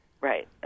right